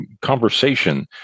conversation